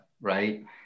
right